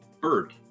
Bird